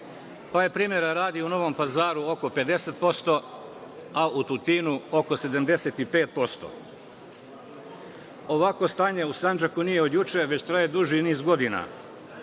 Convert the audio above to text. pa je primera radi u Novom Pazaru oko 50%, a u Tutinu oko 75%. Ovakvo stanje u Sandžaku nije od juče već traje duži niz godina,